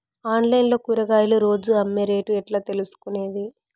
Online లో కూరగాయలు రోజు అమ్మే రేటు ఎట్లా తెలుసుకొనేది?